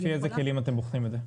לפי איזה כלים אתם בוחנים את זה?